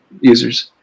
users